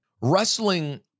wrestling